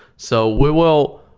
so we will,